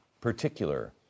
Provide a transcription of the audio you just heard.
particular